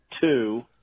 two